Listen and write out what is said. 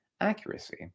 accuracy